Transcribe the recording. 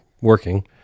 working